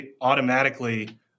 automatically